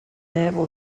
naval